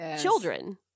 children